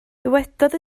dywedodd